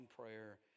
prayer